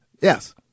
Yes